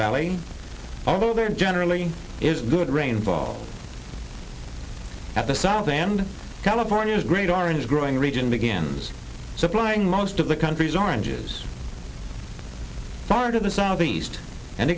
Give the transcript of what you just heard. valley although there generally is good rainfall at the south and california's great orange growing region begins supplying most of the country's oranges far to the southeast and